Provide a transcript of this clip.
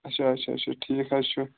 اچھا اچھا اچھا ٹھیٖک حظ چھُ